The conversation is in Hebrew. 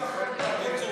ממש.